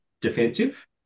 defensive